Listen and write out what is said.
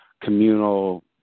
communal